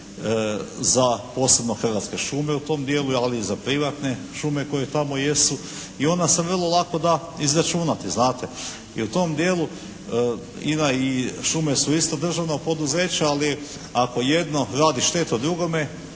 za posebno hrvatske šume u tom dijelu, ali i za privatne šume koje tamo jesu i ona se vrlo lako da izračunati znate. I u tom dijelu INA i šume su isto državno poduzeće ali ako jedno radi štetu drugome,